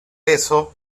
eso